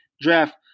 draft